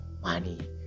money